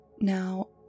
Now